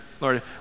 Lord